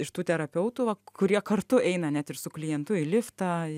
iš tų terapeutų kurie kartu eina net ir su klientu į liftą